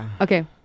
Okay